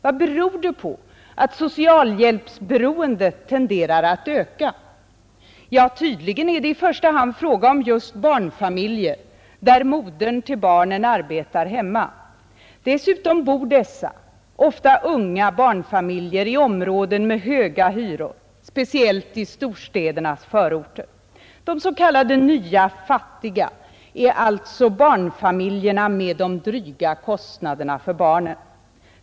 Vad beror det på att socialhjälpsberoendet tenderar att öka? Ja, tydligen är det i första hand fråga om just barnfamiljer där modern till barnen arbetar hemma. Dessutom bor dessa, ofta unga, barnfamiljer i områden med höga hyror, speciellt i storstädernas förorter. De s.k. nya fattiga är alltså barnfamiljerna med de dryga kostnaderna för barnen.